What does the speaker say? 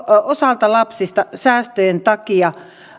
osalta lapsista säästöjen takia